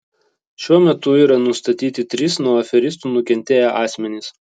šiuo metu yra nustatyti trys nuo aferistų nukentėję asmenys